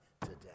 today